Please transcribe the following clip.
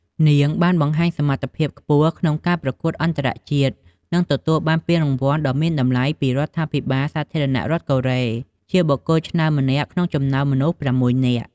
នាងបានបង្ហាញសមត្ថភាពខ្ពស់ក្នុងការប្រកួតអន្តរជាតិ និងទទួលបានពានរង្វាន់ដ៏មានតម្លៃពីរដ្ឋាភិបាលសាធារណរដ្ឋកូរ៉េ ជាបុគ្គលឆ្នើមម្នាក់ក្នុងចំណោមមនុស្ស ៦នាក់។